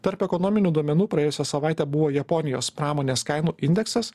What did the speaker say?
tarp ekonominių duomenų praėjusią savaitę buvo japonijos pramonės kainų indeksas